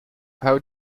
how